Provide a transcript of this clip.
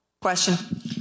Question